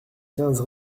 quinze